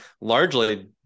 largely